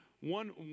One